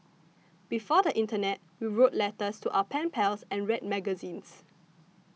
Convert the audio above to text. before the internet we wrote letters to our pen pals and read magazines